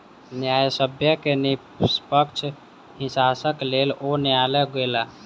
न्यायसम्य के निष्पक्ष हिस्साक लेल ओ न्यायलय गेला